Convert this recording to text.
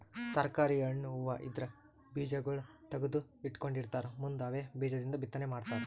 ತರ್ಕಾರಿ, ಹಣ್ಣ್, ಹೂವಾ ಇದ್ರ್ ಬೀಜಾಗೋಳ್ ತಗದು ಇಟ್ಕೊಂಡಿರತಾರ್ ಮುಂದ್ ಅವೇ ಬೀಜದಿಂದ್ ಬಿತ್ತನೆ ಮಾಡ್ತರ್